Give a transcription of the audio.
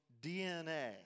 DNA